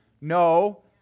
No